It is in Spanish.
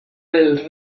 del